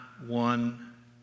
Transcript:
one